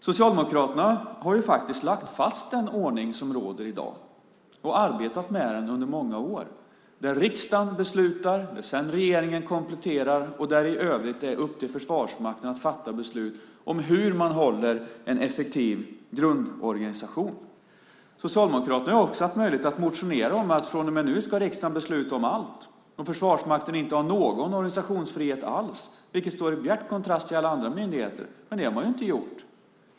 Socialdemokraterna har faktiskt lagt fast den ordning som råder i dag och arbetat med den under många år: att riksdagen beslutar och regeringen sedan kompletterar samt att det i övrigt är upp till Försvarsmakten att fatta beslut om hur man håller en effektiv grundorganisation. Socialdemokraterna har också haft möjlighet att motionera om att riksdagen från och med nu ska besluta om allt och Försvarsmakten inte ha någon organisationsfrihet alls, vilket står i bjärt kontrast till alla andra myndigheter. Men det har man inte gjort.